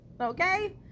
Okay